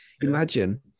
Imagine